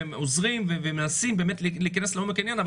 הם עוזרים ומנסים באמת להיכנס לעומק העניין,